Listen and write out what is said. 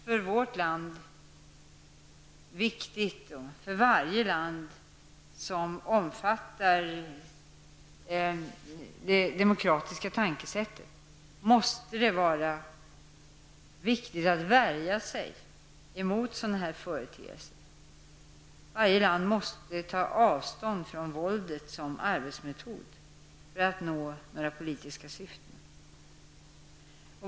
För vårt land och varje annat land som omfattar det demokratiska tänkesättet måste det vara viktigt att värja sig mot sådana här företeelser. Varje land måste ta avstånd från våldet som arbetsmetod för att nå politiska syften.